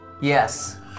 Yes